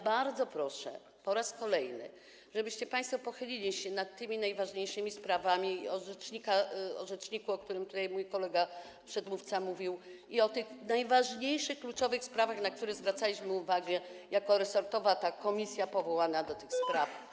Bardzo proszę, po raz kolejny, żebyście państwo pochylili się nad tymi najważniejszymi sprawami dotyczącymi rzecznika, o którym tutaj mówił mój kolega przedmówca, i tymi najważniejszymi, kluczowymi sprawami, na które zwracaliśmy uwagę jako ta resortowa komisja powołana do tych spraw.